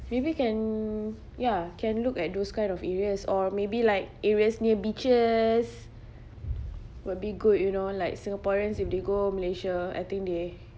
maybe can ya can look at those kind of areas or maybe like areas near beaches will be good you know like singaporeans if they go malaysia I think they